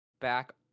back